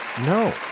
no